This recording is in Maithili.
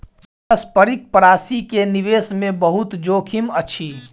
पारस्परिक प्राशि के निवेश मे बहुत जोखिम अछि